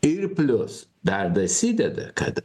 ir plius dar besideda kad